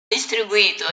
distribuito